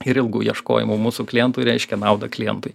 ir ilgų ieškojimų mūsų klientui reiškia naudą klientui